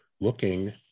looking